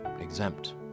exempt